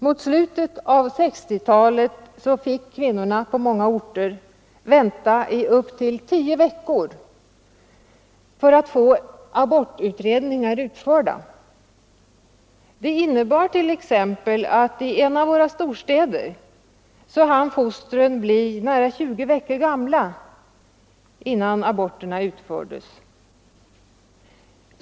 Mot slutet av 1960-talet fick kvinnorna på många orter vänta i upp till tio veckor för att få abortutredningar utförda. Det innebar t.ex. att i en av våra storstäder kunde fostren bli nära tjugo veckor gamla innan aborterna utfördes.